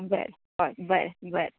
बरें हय बरें बरें